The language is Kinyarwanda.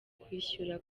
kwishura